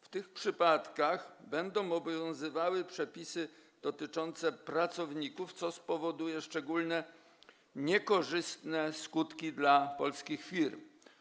W tych przypadkach będą obowiązywały przepisy dotyczące pracowników, co spowoduje szczególnie niekorzystne skutki dla polskich firm.